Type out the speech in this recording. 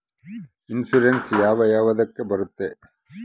Insurance ಯಾವ ಯಾವುದಕ್ಕ ಬರುತ್ತೆ?